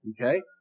Okay